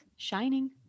shining